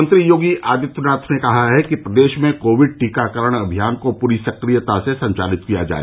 मुख्यमंत्री योगी आदित्यनाथ ने कहा है कि प्रदेश में कोविड टीकाकरण अभियान को पूरी सक्रियता से संचालित किया जाए